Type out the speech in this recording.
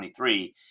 23